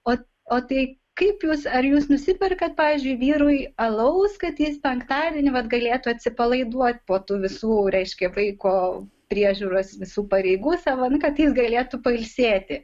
o o tai kaip jūs ar jūs nusiperkat pavyzdžiui vyrui alaus kad jis penktadienį vat galėtų atsipalaiduoti po tų visų reiškia vaiko priežiūros visų pareigų savo nu kad jis galėtų pailsėti